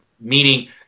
meaning